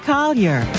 Collier